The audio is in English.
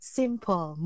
simple